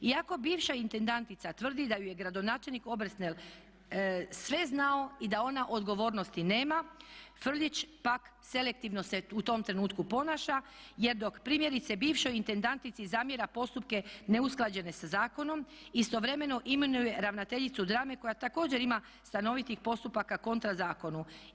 Iako bivša intendantica tvrdi da ju je gradonačelnik Obersnel sve znao i da ona odgovornosti nema Frljić pak selektivno se u tom trenutku ponaša jer dok primjerice bivšoj intendantici zamjera postupke neusklađene sa zakonom istovremeno imenuje ravnateljicu drame koja također ima stanovitih postupaka kontra zakonu.